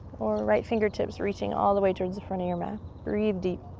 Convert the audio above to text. or right fingertips reaching all the way towards the front of your mat. breathe deep.